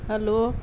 hello